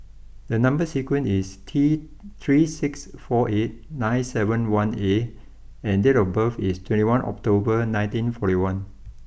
number sequence is T three six four eight nine seven one A and date of birth is twenty one October nineteen forty one